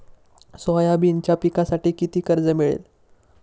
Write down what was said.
सोयाबीनच्या पिकांसाठी किती कर्ज मिळेल?